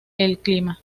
clima